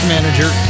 Manager